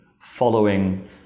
following